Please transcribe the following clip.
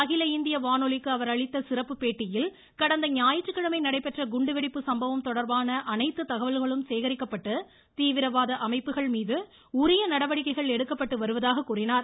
அகில இந்திய வானொலிக்கு அவர் அளித்த சிறப்பு பேட்டியில் கடந்த ஞாயிற்றுக்கிழமை நடைபெற்ற குண்டுவெடிப்பு சம்பவம் தொடர்பான அனைத்து தகவல்களும் சேகரிக்கப்பட்டு தீவிரவாத அமைப்புகள் மீது உரிய நடவடிக்கைகள் எடுக்கப்பட்டு வருவதாக கூறினார்